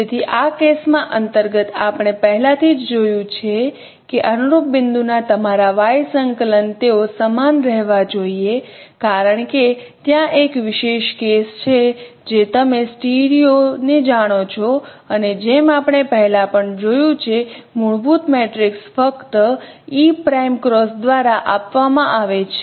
તેથી આ કેસમાં અંતર્ગત આપણે પહેલાથી જ જોયું છે કે અનુરૂપ બિંદુના તમારા y સંકલન તેઓ સમાન રહેવા જોઈએ કારણ કે ત્યાં એક વિશેષ કેસ છે જે તમે સ્ટીરિયો ને જાણો છો અને જેમ આપણે પહેલા પણ જોયું છે મૂળભૂત મેટ્રિક્સ ફક્ત E પ્રાઇમ ક્રોસ દ્વારા આપવામાં આવે છે